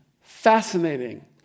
Fascinating